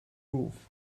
roof